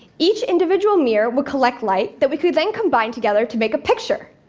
each individual mirror would collect light that we could then combine together to make a picture.